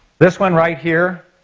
this one right here,